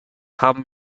haben